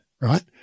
right